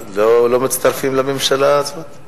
לא מצטרפים לממשלה עצמה?